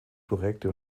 projekte